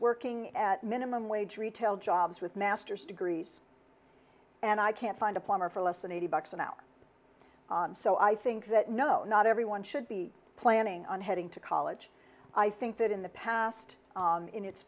working at minimum wage retail jobs with master's degrees and i can't find a plumber for less than eighty bucks an hour so i think that no not everyone should be planning on heading to college i think that in the past in its